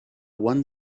one